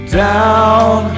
down